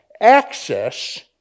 access